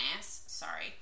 sorry